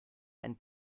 ein